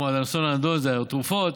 כמו לנושא הנדון הזה, התרופות,